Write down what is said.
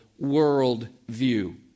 worldview